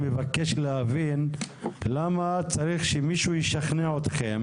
אני מבקש להבין למה צריך שמישהו ישכנע אתכם